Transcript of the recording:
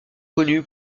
connu